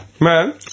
man